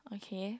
okay